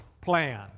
plan